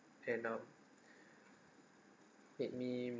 and um make me